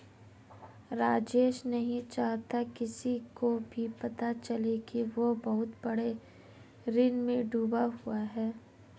राजेश नहीं चाहता किसी को भी पता चले कि वह बहुत बड़े ऋण में डूबा हुआ है